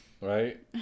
right